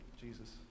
Jesus